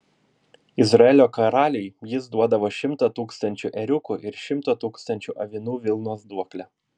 izraelio karaliui jis duodavo šimtą tūkstančių ėriukų ir šimto tūkstančių avinų vilnos duoklę